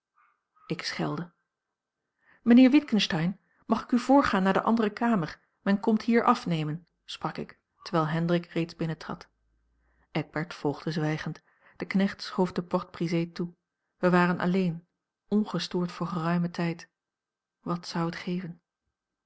ik schelde mijnheer witgensteyn mag ik u voorgaan naar de andere kamer men komt hier afnemen sprak ik terwijl hendrik reeds binnentrad eckbert volgde zwijgend de knecht schoof de porte-brisée toe wij waren alleen ongestoord voor geruimen tijd wat zou het geven